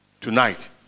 Tonight